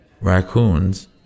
Raccoons